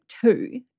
two